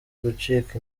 gucika